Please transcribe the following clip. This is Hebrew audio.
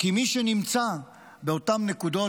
כי מי שנמצא באותן נקודות,